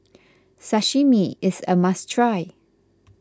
Sashimi is a must try